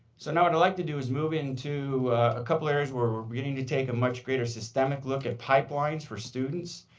so now what i would like to do is move into a couple of areas where are beginning to take a much greater systemic look at pipelines for students.